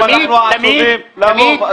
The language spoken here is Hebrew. אם אנחנו עצובים לרוב,